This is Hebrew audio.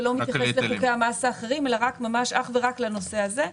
ולא מתייחס לחוקי המס האחרים אלא ממש אך ורק לנושא הזה.